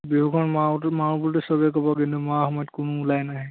বিহুখন মাৰোঁতো মাৰোঁ বুলিতো চবেই ক'ব কিন্তু মৰা সময়ত কোনো ওলাই নাহে